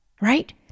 Right